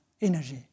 energy